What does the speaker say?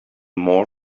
more